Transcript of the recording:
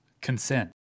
Consent